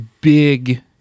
big